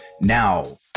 now